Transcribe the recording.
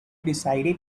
decided